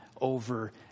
over